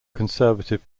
conservative